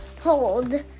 Hold